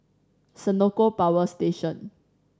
Senoko Power Station